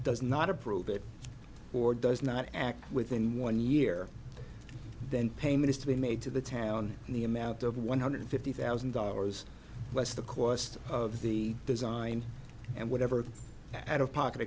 does not approve it or does not act within one year then payment is to be made to the town in the amount of one hundred fifty thousand dollars less the cost of the design and whatever out of pocket